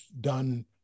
done